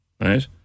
right